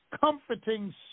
comforting